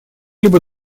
либо